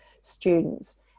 students